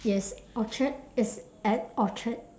yes orchard it's at orchard